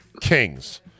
kings